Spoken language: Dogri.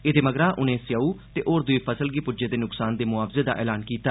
एह्दे मगरा उनें सेअऊ ते होर दूई फसल गी पुज्जे दे नुक्सान दे मुआवजें दा ऐलान कीता